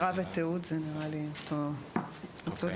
שמירה ותיעוד נראה לי אותו דבר.